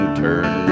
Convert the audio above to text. turn